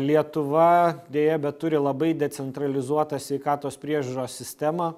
lietuva deja bet turi labai decentralizuotą sveikatos priežiūros sistemą